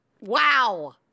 wow